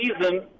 season